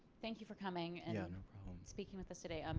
thank you for coming and speaking with us today. um